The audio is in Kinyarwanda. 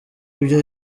ibyo